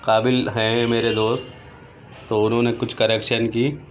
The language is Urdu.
قابل ہیں میرے دوست تو انہوں نے کچھ کریکشن کی